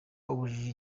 ubujiji